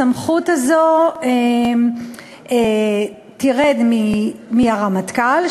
תרד מהרמטכ"ל,